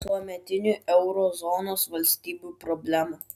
tuometinių euro zonos valstybių problemų